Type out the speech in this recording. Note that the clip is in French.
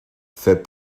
fait